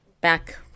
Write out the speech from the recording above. back